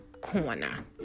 corner